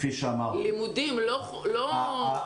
כפי שאמרתי --- לימודים, לא מקרמה.